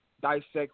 dissect